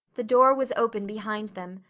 the door was open behind them,